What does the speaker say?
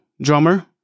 drummer